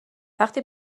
وقتی